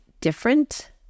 Different